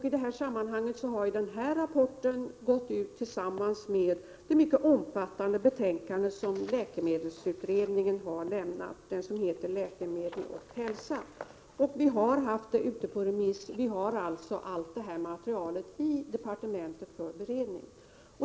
I det här sammanhanget har rapporten varit på remiss tillsammans med det mycket omfattande betänkande som läkemedelsutred ningen har lämnat, det som heter Läkemedel och hälsa. Vi har alltså haft förslaget ute på remiss, och vi har allt material i departementet för beredning.